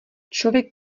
člověk